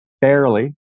barely